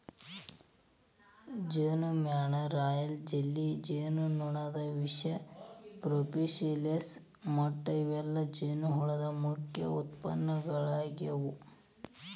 ಜೇನಮ್ಯಾಣ, royal jelly, ಜೇನುನೊಣದ ವಿಷ, propolis ಮಟ್ಟ ಇವೆಲ್ಲ ಜೇನುಹುಳದ ಮುಖ್ಯ ಉತ್ಪನ್ನಗಳಾಗ್ಯಾವ